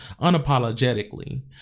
unapologetically